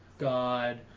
god